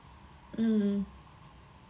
mm